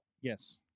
Yes